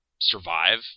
survive